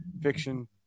fiction